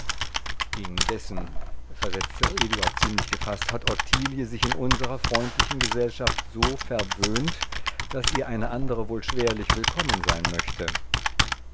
versetzte eduard ziemlich gefaßt hat ottilie sich in unserer freundlichen gesellschaft so verwöhnt daß ihr eine andere wohl schwerlich willkommen sein möchte